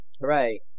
Hooray